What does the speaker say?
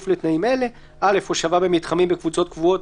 לתנאים אלה: (א)הושבה במתחמים בקבוצות קבועות,